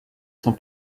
sans